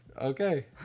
Okay